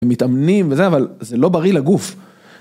מתאמנים וזה, אבל זה לא בריא לגוף.